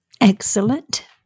Excellent